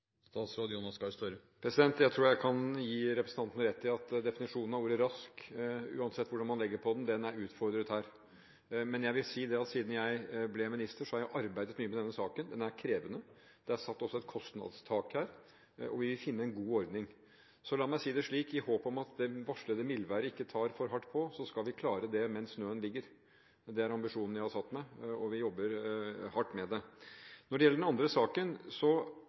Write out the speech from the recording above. Jeg tror jeg kan gi representanten rett i at definisjonen av ordet «raskt» – uansett hva man legger i det – er utfordret her. Men jeg vil si at siden jeg ble minister, har jeg arbeidet mye med denne saken. Den er krevende. Det er også satt et kostnadstak her, og vi vil finne en god ordning. Så la meg si det slik: I håp om at det varslede mildværet ikke tar for hardt på, så skal vi klare dette mens snøen ligger. Det er ambisjonen jeg har satt meg, og vi jobber hardt med det. Når det gjelder den andre saken, så